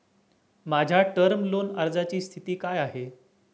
माझ्या term loan अर्जाची स्थिती काय आहे?